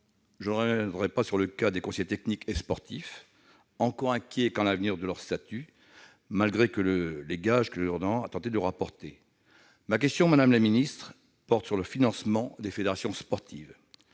Je ne reviendrai pas sur le cas des conseillers techniques sportifs, encore inquiets quant à l'avenir de leur statut, en dépit des gages que le Gouvernement a tenté de leur apporter. Ma question, madame la ministre, porte sur le financement des fédérations sportives.